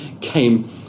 came